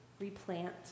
replant